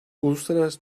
uluslararası